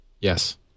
Yes